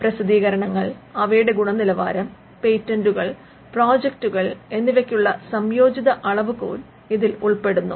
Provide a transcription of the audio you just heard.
പ്രസിദ്ധീകരണങ്ങൾ അവയുടെ ഗുണനിലവാരം പേറ്റന്റുകൾ പ്രോജക്റ്റുകൾ എന്നിവയ്ക്കുള്ള സംയോജിത അളവുകോൽ ഇതിൽ ഉൾപ്പെടുന്നു